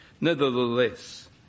nevertheless